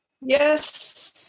Yes